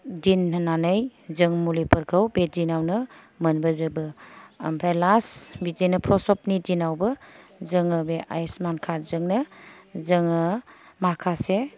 दिन होन्नानै जों बे मुलिफोरखौ बे दिनावनो मोनबोजोबो ओमफ्राइ लास बिदिनो फ्रसबनि दिनावबो जोङो बे आयुसमान कार्द जोंनो जोङो माखासे